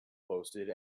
posted